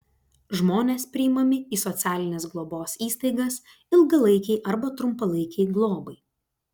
žmonės priimami į socialinės globos įstaigas ilgalaikei arba trumpalaikei globai